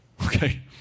Okay